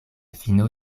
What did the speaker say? fino